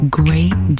great